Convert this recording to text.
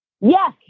Yes